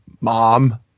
mom